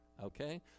Okay